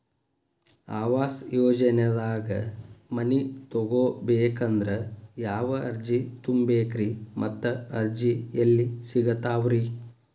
ಆವಾಸ ಯೋಜನೆದಾಗ ಮನಿ ತೊಗೋಬೇಕಂದ್ರ ಯಾವ ಅರ್ಜಿ ತುಂಬೇಕ್ರಿ ಮತ್ತ ಅರ್ಜಿ ಎಲ್ಲಿ ಸಿಗತಾವ್ರಿ?